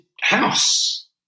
house